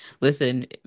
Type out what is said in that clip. listen